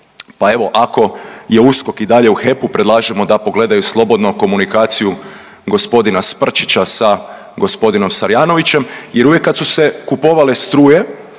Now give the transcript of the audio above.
pa evo ako je USKOK i dalje u HEP-u predlažemo da pogledaju slobodno komunikaciju g. Sprčića sa g. Sarjanovićem jer uvijek kada su se kupovale struje